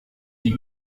die